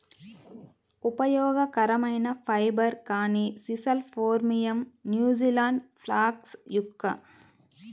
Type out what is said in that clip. ఉపయోగకరమైన ఫైబర్, కానీ sisal phormium, New Zealand flax yucca